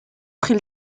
pris